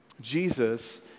Jesus